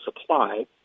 supply